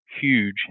huge